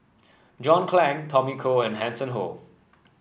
John Clang Tommy Koh and Hanson Ho